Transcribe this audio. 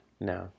No